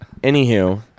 anywho